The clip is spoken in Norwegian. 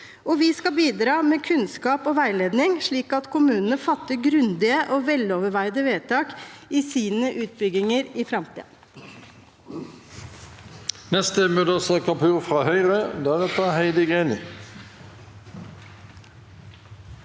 Vi skal bidra med kunnskap og veiledning slik at kommunene fatter grundige og veloverveide vedtak i sine utbygginger i framtiden.